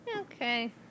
Okay